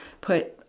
put